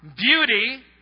beauty